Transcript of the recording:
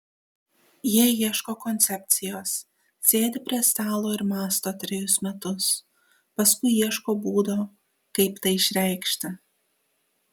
jie ieško koncepcijos sėdi prie stalo ir mąsto trejus metus paskui ieško būdo kaip tai išreikšti